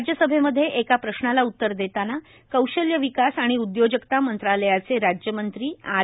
राज्यसभेमध्ये एका प्रश्नाला उत्तर देताना कौशल्य विकास आणि उदयोजकता मंत्रालयाचे राज्यमंत्री आर